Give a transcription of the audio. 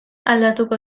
aldatuko